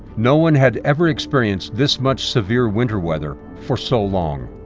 no one had ever experienced this much severe winter weather for so long.